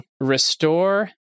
restore